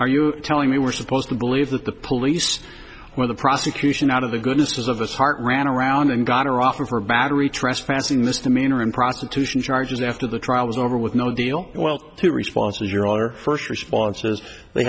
are you telling me we're supposed to believe that the police where the prosecution out of the goodness of his heart ran around and got her off of her battery trespassing this demeanor and prostitution charges after the trial was over with no deal well two responses you're on her first response is they